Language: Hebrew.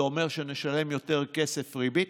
זה אומר שנשלם יותר כסף ריבית.